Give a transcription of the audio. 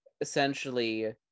essentially